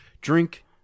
Drink